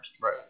Right